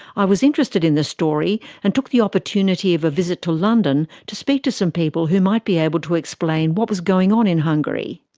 i was interested in the story and took the opportunity of a visit to london to speak to some people who might be able to explain what was going on in hungary.